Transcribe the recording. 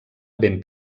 ben